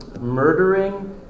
murdering